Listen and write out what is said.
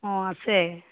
অ আছে